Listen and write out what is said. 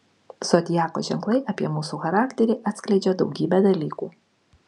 zodiako ženklai apie mūsų charakterį atskleidžią daugybę dalykų